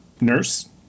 Nurse